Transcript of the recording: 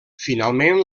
finalment